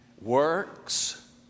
Works